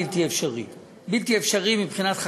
אפשרי, בלתי אפשרי מבחינת חקיקה,